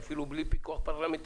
היא אפילו בלי פיקוח פרלמנטרי.